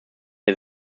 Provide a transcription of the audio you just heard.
wir